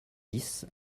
dix